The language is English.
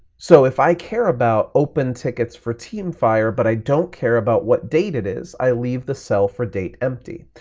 so if i care about open tickets for teamfire but i don't care about what date it is, i leave the cell for date empty.